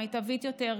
מיטבית יותר,